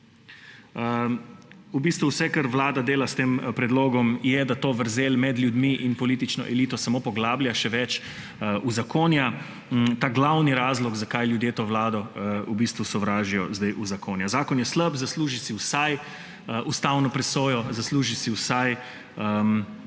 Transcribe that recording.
V bistvu vse, kar vlada dela s tem predlogom, je, da to vrzel med ljudmi in politično elito samo poglablja, še več, uzakonja ta glavni razlog, zakaj ljudje to vlado v bistvu sovražijo. Zakon je slab, zasluži si vsaj ustavno presojo, zasluži si vsaj